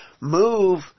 move